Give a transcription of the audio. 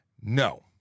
No